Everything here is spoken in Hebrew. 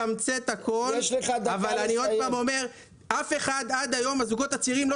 עד היום אף אחד לא שאל אותנו, את הזוגות הצעירים.